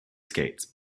skates